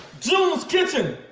june's kitchen.